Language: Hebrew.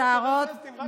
השערות